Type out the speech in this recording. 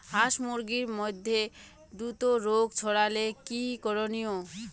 হাস মুরগির মধ্যে দ্রুত রোগ ছড়ালে কি করণীয়?